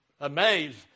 amazed